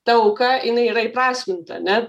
ta auka jinai yra įprasminta ane